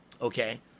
okay